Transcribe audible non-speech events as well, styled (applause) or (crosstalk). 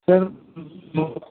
sir (unintelligible)